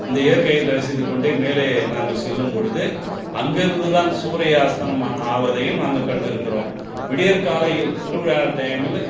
இந்த இயற்கையை ரசித்துக்கொண்டே மேலே நாங்கள் செல்லும் பொழுது அங்கு இருந்து தான் சூரிய அஸ்தமனம் ஆவதையும் நாங்கள் கண்டு இருக்கிறோம் விடியற்காலையில் திருவிழா டைமில்ல